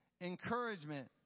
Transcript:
encouragement